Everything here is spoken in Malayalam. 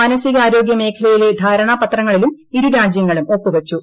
മാനസികാരോഗ്യ മേഖലയിലെ ധാരണാ പത്രങ്ങളിലും ഇരു രാജ്യങ്ങളും ഒപ്പുവച്ചു